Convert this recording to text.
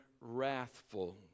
wrathful